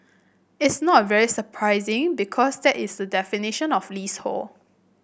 it's not very surprising because that is the definition of leasehold